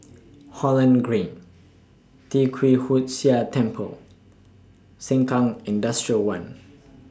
Holland Green Tee Kwee Hood Sia Temple Sengkang Industrial one